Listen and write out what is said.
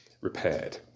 repaired